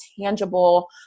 tangible